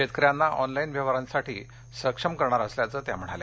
शेतकर्यांकना online व्यवहारांसाठी सक्षम करणार असल्याचं त्या म्हणाल्या